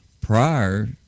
prior